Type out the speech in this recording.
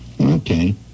okay